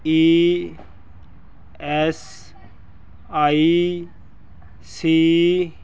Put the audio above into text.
E S I C